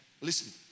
Listen